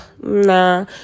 nah